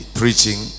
preaching